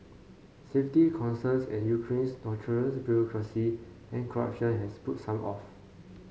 safety concerns and Ukraine's notorious bureaucracy and corruption has put some off